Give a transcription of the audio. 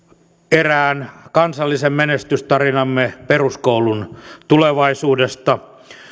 erään kansallisen menestystarinamme peruskoulun tulevaisuudesta